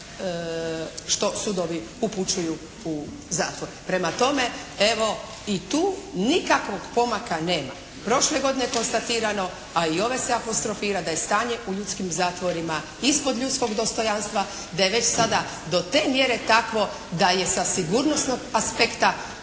što sudovi upućuju u zatvore. Prema tome evo i tu nikakvog pomaka nema. Prošle godine je konstatirano, a i ove se apostrofira da je stanje u ljudskim zatvorima ispod ljudskog dostojanstva, da je već sada do te mjere takvo da je sa sigurnosnog aspekta